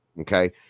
okay